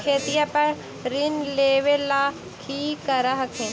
खेतिया पर ऋण लेबे ला की कर हखिन?